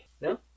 No